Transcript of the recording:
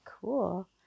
cool